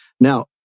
Now